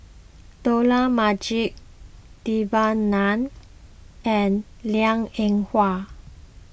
Dollah Majid Devan Nair and Liang Eng Hwa